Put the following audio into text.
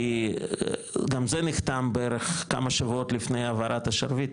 כי גם זה נחתם בערך כמה שבועות לפני העברת השרביט,